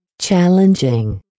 Challenging